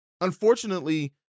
unfortunately